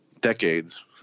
decades